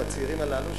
או הצעירים הללו,